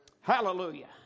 Hallelujah